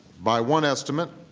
by one estimate,